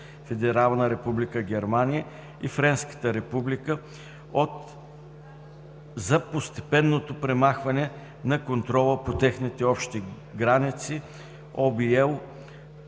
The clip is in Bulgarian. Федерална република Германия и Френската република за постепенното премахване на контрола по техните общи граници (OB,